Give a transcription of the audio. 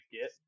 get